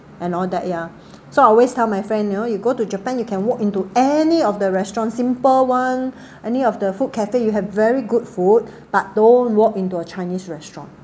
and all that ya so I always tell my friend know you go to japan you can walk into any of the restaurant's simple one any of the food cafe you have very good food but don't walk into a chinese restaurant